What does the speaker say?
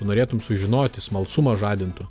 norėtum sužinoti smalsumą žadintų